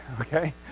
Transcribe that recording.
Okay